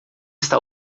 está